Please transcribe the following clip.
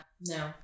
No